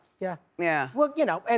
yeah yeah. well, you know, and